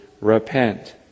repent